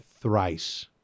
thrice